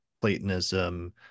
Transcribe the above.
Platonism